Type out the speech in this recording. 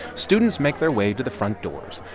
students make their way to the front doors.